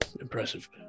impressive